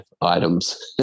items